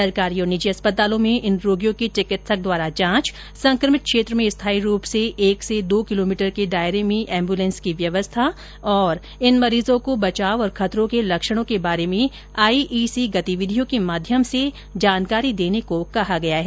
सरकारी और निजी अस्पतालों में इन रोगियों की चिकित्सक द्वारा जांच संकभित क्षेत्र में स्थायी रूप से एक से दो किलोमीटर के दायरे में एम्बुलेंस की व्यवस्था तथा इन मरीजों को बचाव और खतरों के लक्षणों के बारे में आईईसी गतिविधियों के माध्यम से जानकारी देने को कहा गया है